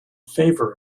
favor